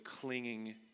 clinging